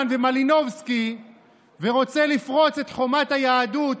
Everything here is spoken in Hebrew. ומלינובסקי ורוצה לפרוץ את חומות היהדות,